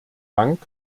dank